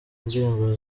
indirimbo